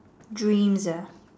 dreams uh